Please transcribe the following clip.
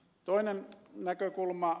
toinen näkökulma